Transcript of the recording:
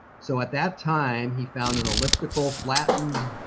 so at that time, he found an elliptical flattened,